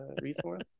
resource